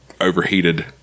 overheated